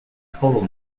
total